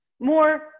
more